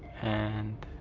and.